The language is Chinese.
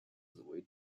子为